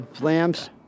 lamps